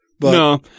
No